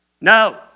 No